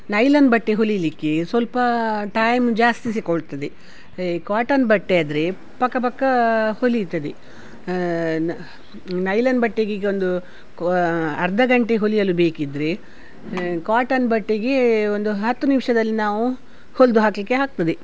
nylon ಬಟ್ಟೆ ಹೊಲಿಲಿಕ್ಕೆ ಸ್ವಲ್ಪ ಟೈಮ್ ಜಾಸ್ತಿ ಸೆಕೊಳ್ತದೆ ಏ ಕಾಟನ್ ಬಟ್ಟೆ ಆದರೆ ಪಕ್ಕ ಬಕ್ಕ ಹೊಲೀತದೆ ನೈಲನ್ ಬಟ್ಟೆಗೆ ಒಂದು ಅರ್ಧ ಗಂಟೆಗೆ ಹೊಲಿಯಲು ಬೇಕಿದ್ದರೆ ಕಾಟನ್ ಬಟ್ಟೆಗೆ ಒಂದು ಹತ್ತು ನಿಮಿಷದಲ್ಲಿ ನಾವು ಹೊಲೆದು ಹಾಕಲಿಕ್ಕೆ ಆಗ್ತದೆ